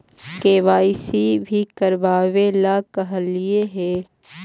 KYC भी करवावेला कहलिये हे?